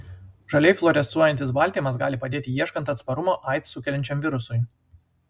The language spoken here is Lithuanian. žaliai fluorescuojantis baltymas gali padėti ieškant atsparumo aids sukeliančiam virusui